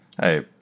hey